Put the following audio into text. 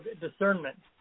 discernment